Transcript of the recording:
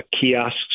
Kiosks